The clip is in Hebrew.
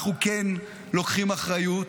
אנחנו כן לוקחים אחריות,